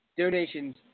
Donations